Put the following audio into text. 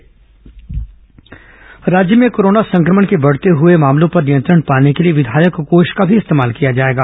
corona विधायक कोष राज्य में कोरोना संक्रमण के बढ़ते हुए मामलों पर नियंत्रण पाने के लिए विधायक कोष का भी इस्तेमाल किया जाएगा